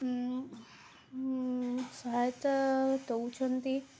ସହାୟତା ଦଉଛନ୍ତି